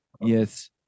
Yes